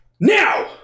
Now